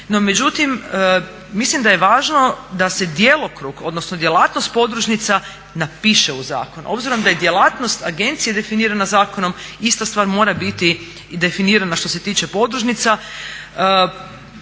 međutim mislim da je važno da se djelokrug odnosno djelatnost podružnica napiše u zakonu. Obzirom da je djelatnost agencije definirana zakonom ista stvar mora biti i definirana što se tiče podružnica.